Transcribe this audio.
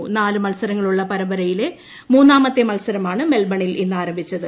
India നാല് മത്സരങ്ങളുള്ള test പരമ്പരയിലെ മൂന്നാമത്തെ മത്സരമാണ് മെൽബണിൽ ഇന്നാരംഭിച്ചത്